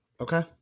Okay